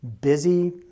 busy